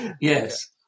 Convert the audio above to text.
Yes